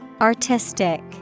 Artistic